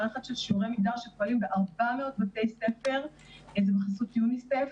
מערכת של שיעורי מגדר שפועלים ב-400 בתי ספר בחסות יוניס"ף.